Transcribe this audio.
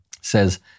says